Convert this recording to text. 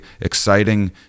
exciting